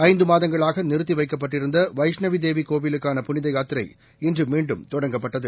ஐந்து மாதங்களாக நிறுத்தி வைக்கப்பட்டிருந்த வைஷ்ணவி தேவி கோயிலுக்கான புனித யாத்திரை இன்று மீண்டும் தொடங்கப்பட்டது